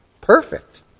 Perfect